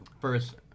first